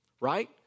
Right